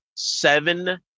seven